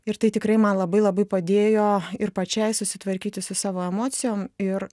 ir tai tikrai man labai labai padėjo ir pačiai susitvarkyti su savo emocijom ir